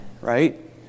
right